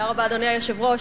אדוני היושב-ראש,